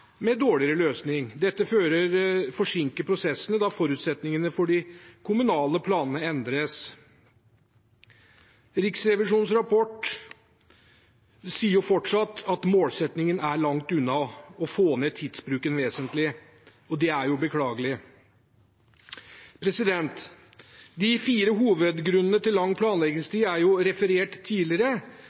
med dårligere løsning. Dette forsinker prosessene, da forutsetningene for de kommunale planene endres. Riksrevisjonens rapport sier at man fortsatt er langt unna målsettingen, å få ned tidsbruken vesentlig, og det er beklagelig. De fire hovedgrunnene til lang planleggingstid er referert tidligere,